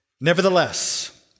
Nevertheless